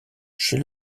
chez